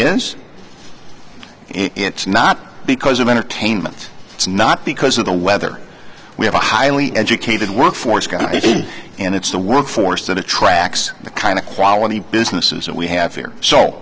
is it's not because of entertainment it's not because of the weather we have a highly educated workforce and it's the workforce that attracts the kind of quality businesses that we have here so